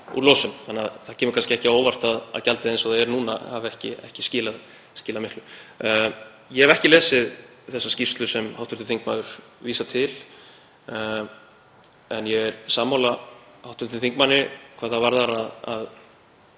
þannig að það kemur kannski ekki á óvart að gjaldið eins og það er núna hafi ekki skilað miklu. Ég hef ekki lesið þessa skýrslu sem hv. þingmaður vísar til en ég er sammála hv. þingmanni hvað það varðar að